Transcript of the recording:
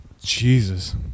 Jesus